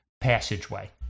passageway